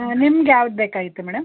ನಿಮ್ಗೆ ಯಾವ್ದು ಬೇಕಾಗಿತ್ತು ಮೇಡಮ್